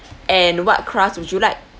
and what crust would you like